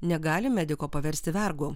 negali mediko paversti vergu